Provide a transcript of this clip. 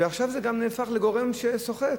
ועכשיו זה גם נהפך לגורם שסוחט.